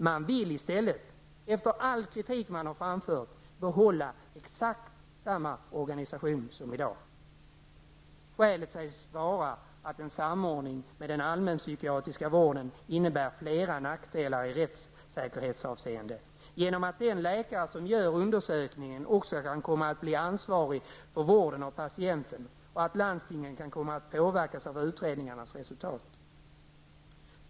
Man vill i stället, efter all kritik som man har framfört, behålla exakt samma organisation som i dag. Skälet sägs vara att en samordning med den allmänpsykiatriska vården innebär flera nackdelar i rättssäkerhetsavseende, eftersom den läkare som gör undersökningen också kan komma att bli ansvarig för vården av patienten och eftersom landstingen kan komma att påverkas av utredningarnas resultat.